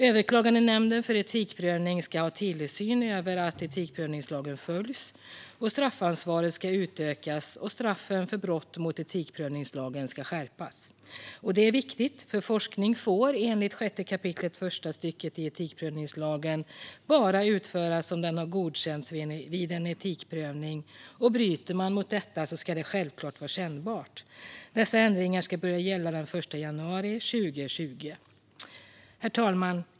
Överklagandenämnden för etikprövning ska ha tillsyn över att etikprövningslagen följs, straffansvaret ska utökas och straffen för brott mot etikprövningslagen ska skärpas. Det är viktigt eftersom forskning enligt 6 § första stycket i etikprövningslagen bara får utföras om den har godkänts vid en etikprövning. Bryter man mot detta ska det självklart vara kännbart. Dessa ändringar ska börja gälla den 1 januari 2020. Herr talman!